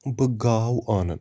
بہٕ گاو آنَن